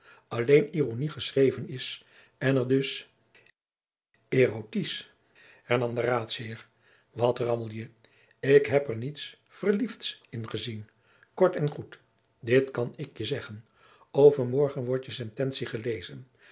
alleen ironice geschreven is en er dus erotice hernam de raadsheer wat rammel je ik heb er niets verliefds in gezien kort en goed dit kan ik je zeggen overmorgen wordt je sententie gelezen